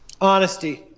Honesty